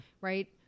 Right